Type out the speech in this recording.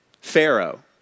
Pharaoh